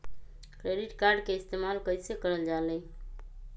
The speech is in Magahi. क्रेडिट कार्ड के इस्तेमाल कईसे करल जा लई?